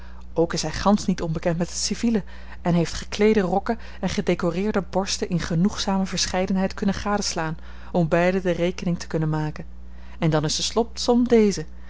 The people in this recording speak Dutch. ook is hij gansch niet onbekend met het civiele en heeft gekleede rokken en gedecoreerde borsten in genoegzame verscheidenheid kunnen gadeslaan om beiden de rekening te kunnen maken en dan is de slotsom deze